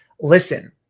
listen